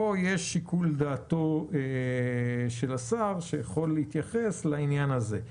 כאן יש שיקול דעת של השר שיכול להתייחס לעניין הזה.